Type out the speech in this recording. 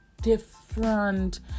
different